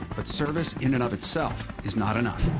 but service in and of itself is not enough.